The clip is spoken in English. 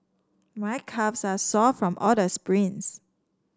my calves are sore from all the sprints